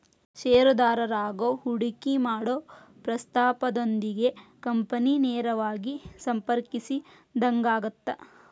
ಷೇರುದಾರರಾಗೋದು ಹೂಡಿಕಿ ಮಾಡೊ ಪ್ರಸ್ತಾಪದೊಂದಿಗೆ ಕಂಪನಿನ ನೇರವಾಗಿ ಸಂಪರ್ಕಿಸಿದಂಗಾಗತ್ತ